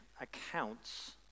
accounts